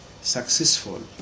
successful